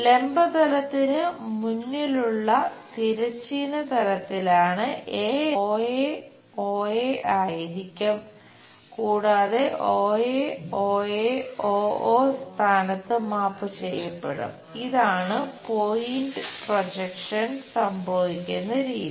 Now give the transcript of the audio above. ലംബ തലത്തിന് മുന്നിലുള്ള തിരശ്ചീന തലത്തിലാണ് എ സംഭവിക്കുന്ന രീതി